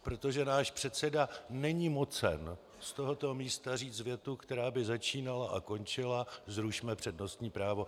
Protože náš předseda není mocen z tohoto místa říct větu, která by začínala a končila zrušme přednostní právo.